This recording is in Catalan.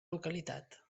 localitat